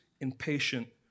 impatient